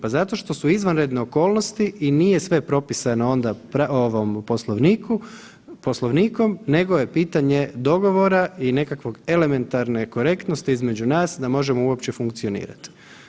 Pa zato što su izvanredne okolnosti i nije sve propisano onda ovim Poslovnikom, nego je pitanje dogovora i nekakve elementarne korektnosti između nas da možemo uopće funkcionirati.